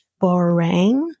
Borang